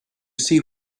see